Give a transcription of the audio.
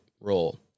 role